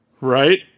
Right